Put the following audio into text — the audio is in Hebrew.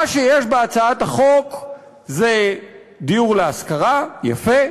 מה שיש בהצעת החוק זה דיור להשכרה, יפה,